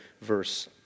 verse